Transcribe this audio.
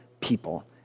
people